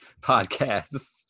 podcasts